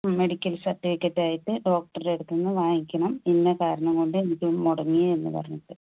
medical സർട്ടിഫിക്കറ്റായിട്ട് ഡോക്ടറെ അടുത്ത് നിന്ന് വാങ്ങിക്കണം ഇന്ന കാരണം കൊണ്ട് എനിക്ക് മുടങ്ങി എന്ന് പറഞ്ഞിട്ട്